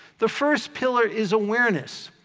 the first pillar is awareness,